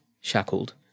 shackled